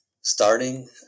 starting